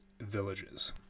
villages